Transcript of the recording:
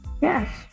Yes